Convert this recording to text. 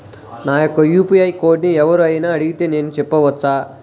నా యొక్క యూ.పీ.ఐ కోడ్ని ఎవరు అయినా అడిగితే నేను చెప్పవచ్చా?